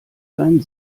seinen